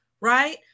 right